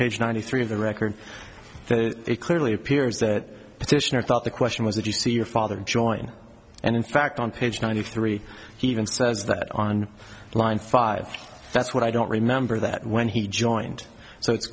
page ninety three of the record that it clearly appears that petitioner thought the question was if you see your father join and in fact on page ninety three he even says that on line five that's what i don't remember that when he joined so it's